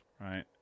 right